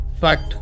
Fact